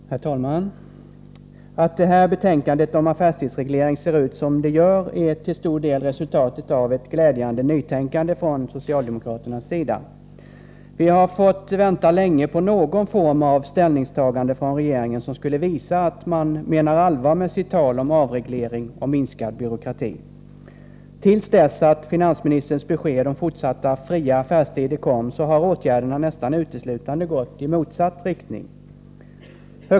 Herr talman! Att det här betänkandet om affärstidsreglering ser ut som det gör är till stor del resultatet av ett glädjande nytänkande från socialdemokraternas sida. Vi har fått vänta länge på någon form av ställningstagande från regeringen som skulle visa att man menar allvar med sitt tal om avreglering och minskad byråkrati. Till dess finansministerns besked om fortsatta fria affärstider kom har åtgärderna nästan uteslutande gått i motsatt riktning.